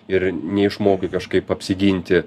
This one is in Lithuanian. ir neišmokai kažkaip apsiginti